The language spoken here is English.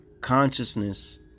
Consciousness